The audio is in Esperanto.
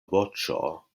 voĉo